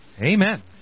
Amen